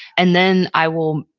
and then i will,